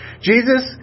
Jesus